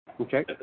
Okay